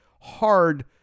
hard